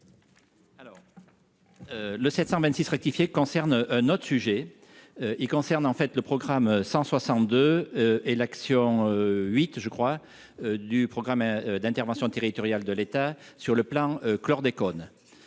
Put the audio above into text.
Le 726 rectifié concerne un autre sujet, il concerne en fait le programme 162 et l'action 8 je crois, du programme d'intervention territoriale de l'État sur le plan chlordécone